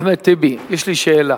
אחמד טיבי, יש לי שאלה.